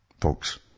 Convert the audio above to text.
folks